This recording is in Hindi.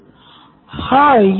प्रोफेसर हाँ बीमारी एक आम कारण हैं